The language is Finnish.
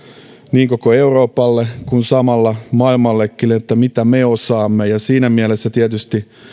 niin koko euroopalle kuin samalla maailmallekin mitä me osaamme siinä mielessä tietysti